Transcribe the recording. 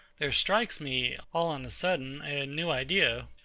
there strikes me, all on a sudden, a new idea,